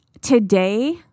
today